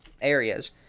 Areas